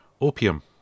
opium